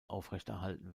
aufrechterhalten